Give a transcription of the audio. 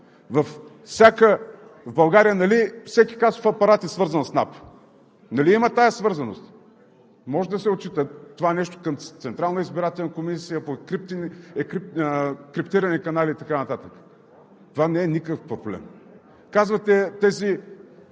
В България нали всеки касов апарат е свързан с НАП? Нали има тази свързаност, може да се отчита това нещо към Централната избирателна комисия по криптирани канали и така нататък. Това не е никакъв проблем. Казвате, тези